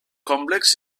complex